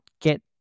get